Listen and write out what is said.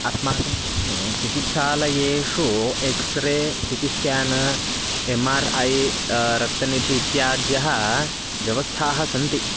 अस्माकं ग्रामे चिकित्सालयेषु x-ray C T scan M R I रक्तनिधिः इत्याद्यः व्यवस्थाः सन्ति